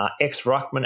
Ex-Ruckman